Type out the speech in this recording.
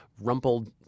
rumpled